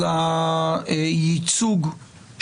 בסדר?